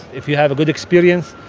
if you have a good experience,